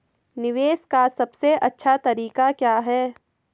निवेश का सबसे अच्छा तरीका क्या है?